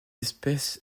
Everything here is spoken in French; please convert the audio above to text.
espèce